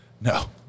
No